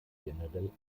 generell